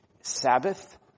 Sabbath